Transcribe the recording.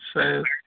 size